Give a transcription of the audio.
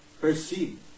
perceive